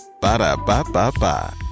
Ba-da-ba-ba-ba